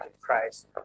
Christ